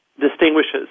distinguishes